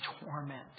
torment